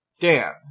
Dan